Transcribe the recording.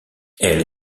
elle